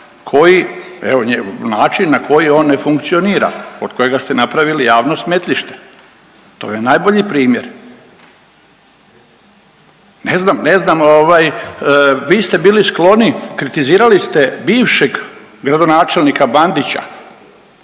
način na koji on ne funkcionira, od kojega ste napravili javno smetlište. To je najbolji primjer. Ne znam, ne znam, ovaj vi ste bili skloni, kritizirali ste bivšeg gradonačelnika Bandića,